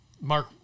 Mark